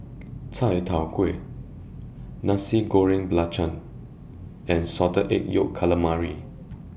Chai Tow Kway Nasi Goreng Belacan and Salted Egg Yolk Calamari